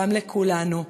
לכולנו: